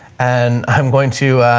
and i'm going to